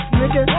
nigga